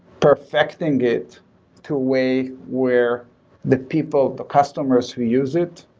perfecting it to a way where the people, the customers who use it